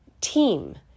team